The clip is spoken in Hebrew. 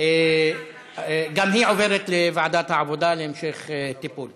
ועוברת להמשך טיפול